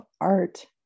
art